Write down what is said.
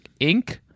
Inc